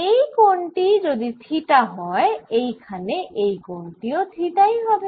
এই কোণ টি যদি থিটা হয় এই খানে এই কোণ টি ও থিটাই হবে